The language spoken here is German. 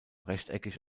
rechteckig